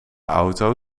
auto